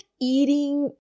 eating